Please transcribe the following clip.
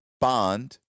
bond